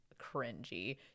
cringy